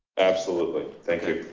absolutely, thank you.